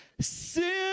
sin